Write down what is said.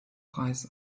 reis